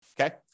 Okay